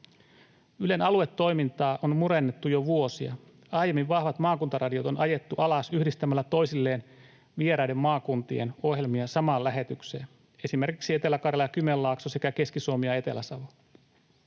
Ylen aluetoimintaa on murennettu jo vuosia. Aiemmin vahvat maakuntaradiot on ajettu alas yhdistämällä toisilleen vieraiden maakuntien ohjelmia samaan lähetykseen, esimerkiksi Etelä-Karjala ja Kymenlaakso sekä Keski-Suomi ja Etelä-Savo.